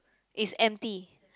it's empty